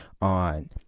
on